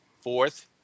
Fourth